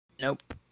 Nope